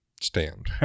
stand